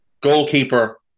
Goalkeeper